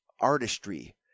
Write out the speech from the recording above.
artistry